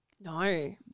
No